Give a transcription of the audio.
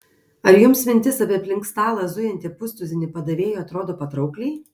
ar jums mintis apie aplink stalą zujantį pustuzinį padavėjų atrodo patraukliai